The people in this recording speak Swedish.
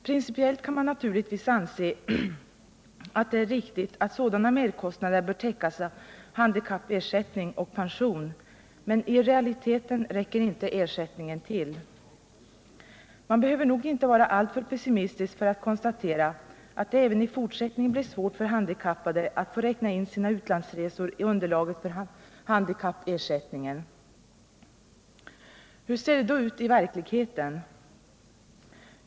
Principiellt kan man naturligtvis anse att det är riktigt att sådana merkostnader täcks av handikappförsäkring och pension, men i realiteten täcker inte ersättningen dessa kostnader. Man behöver nog inte vara alltför pessimistisk för att konstatera att det även i fortsättningen blir svårt för handikappade att få räkna in sina utlandsresor i underlaget för handikappersättningen. Hur ser de då ut i verkligheten?